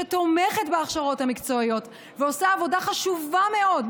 שתומכת בהכשרות המקצועיות ועושה עבודה חשובה מאוד,